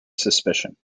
suspicion